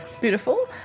Beautiful